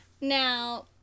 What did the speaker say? Now